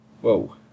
Whoa